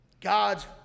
God's